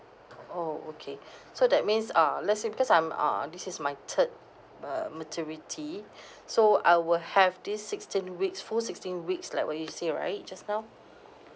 oh okay so that means ah let's say because I'm ah this is my third uh maternity so I will have these sixteen weeks full sixteen weeks like what you say right just now